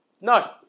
No